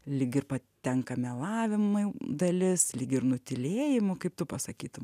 lyg ir patenka melavimai dalis lyg ir nutylėjimų kaip tu pasakytum